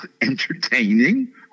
entertaining